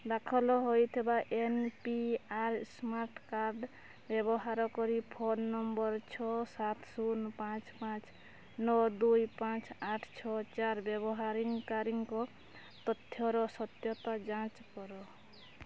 ଦାଖଲ ହୋଇଥିବା N P R smart card ବ୍ୟବହାର କରି ଫୋନ୍ ନମ୍ବର୍ ଛଅ ସାତ ଶୂନ ପାଞ୍ଚ ପାଞ୍ଚ ନଅ ଦୁଇ ପାଞ୍ଚ ଆଠ ଛଅ ଚାରି ବ୍ୟବହାରକାରୀଙ୍କ ତଥ୍ୟର ସତ୍ୟତା ଯାଞ୍ଚ କର